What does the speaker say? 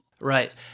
Right